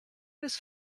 bis